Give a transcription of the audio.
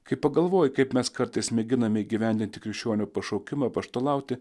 kai pagalvoji kaip mes kartais mėginame įgyvendinti krikščionio pašaukimą apaštalauti